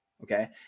Okay